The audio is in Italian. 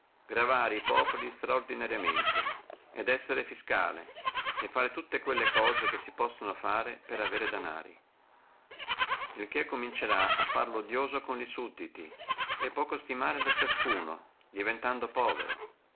gravare e populi estraordinariamente et essere fiscale e fare tutte quelle cose che si possono fare per avere danari il che comincerà a farlo odioso con sudditi e poco stimare da nessuno diventando povero